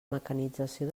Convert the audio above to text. mecanització